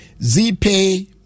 ZPay